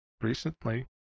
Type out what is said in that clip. recently